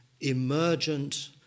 emergent